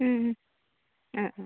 ആ ആ